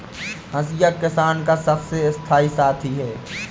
हंसिया किसान का सबसे स्थाई साथी है